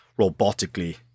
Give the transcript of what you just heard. robotically